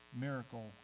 miracle